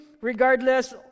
regardless